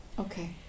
Okay